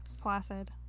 Placid